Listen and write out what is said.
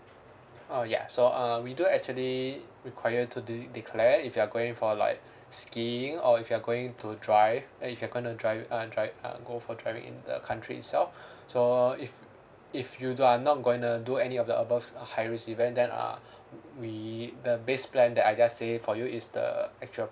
uh ya so uh we do actually require you to de~ declare if you are going for like skiing or if you're going to drive eh if you're gonna drive uh drive uh go for driving in the country itself so if if you are not gonna do any of the above high risk event then uh we the base plan that I just say for you is the actual